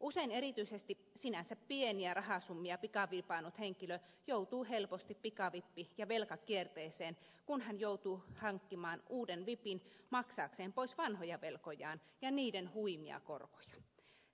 usein erityisesti sinänsä pieniä rahasummia pikavipannut henkilö joutuu helposti pikavippi ja velkakierteeseen kun hän joutuu hankkimaan uuden vipin maksaakseen pois vanhoja velkojaan ja niiden huimia korkoja